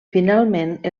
finalment